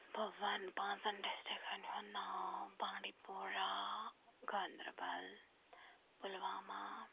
بہٕ وَن پانٛژَن ڈِسٹرکَن ہُنٛد ناو بانڈی پوٗرہ گاندَربَل پُلوامہ